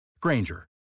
Granger